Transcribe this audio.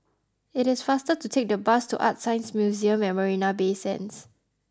it is faster to take the bus to ArtScience Museum at Marina Bay Sands